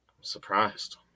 surprised